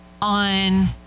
on